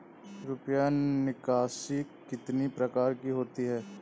रुपया निकासी कितनी प्रकार की होती है?